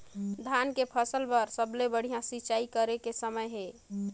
धान के फसल बार सबले बढ़िया सिंचाई करे के समय हे?